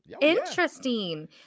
Interesting